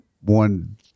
one